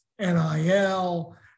NIL